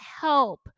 help